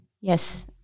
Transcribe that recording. Yes